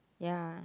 ya